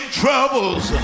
troubles